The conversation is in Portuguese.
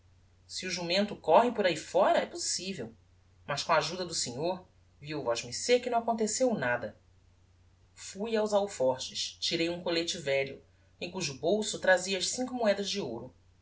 se o jumento corre por ahi fóra é possivel mas com a ajuda do senhor viu vosmecê que não aconteceu nada fui aos alforges tirei um collete velho em cujo bolso trazia as cinco moedas de ouro